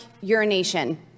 urination